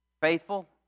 Faithful